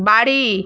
বাড়ি